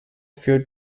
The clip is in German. für